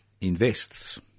invests